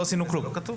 לא עשינו כלום.